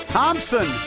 Thompson